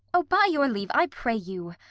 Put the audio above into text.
o, by your leave, i pray you,